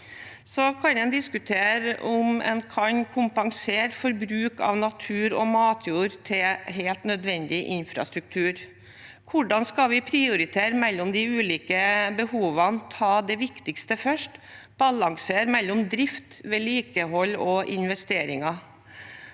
En kan diskutere om en kan kompensere for bruk av natur og matjord til helt nødvendig infrastruktur. Hvordan skal vi prioritere mellom de ulike behovene, ta det viktigste først og balansere mellom drift, vedlikehold og investeringer?